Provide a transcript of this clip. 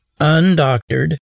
undoctored